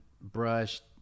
brushed